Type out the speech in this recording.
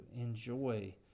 enjoy